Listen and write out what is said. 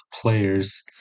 players